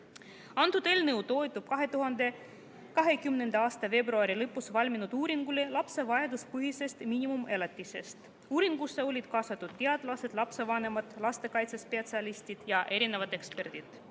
eelnõu toetub 2020. aasta veebruari lõpus valminud uuringule lapse vajaduspõhisest miinimumelatisest. Uuringusse olid kaasatud teadlased, lapsevanemad, lastekaitsespetsialistid ja erinevad eksperdid.